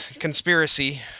conspiracy